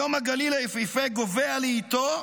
היום הגליל היפהפה גווע לאיטו,